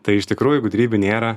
tai iš tikrųjų gudrybių nėra